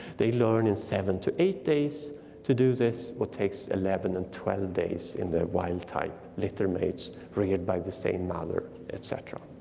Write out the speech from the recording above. they learn in seven to eight days to do this what takes eleven and twelve days in their wild-type littermates bringed by the same mother, et cetera.